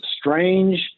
strange